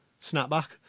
snapback